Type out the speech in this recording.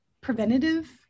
preventative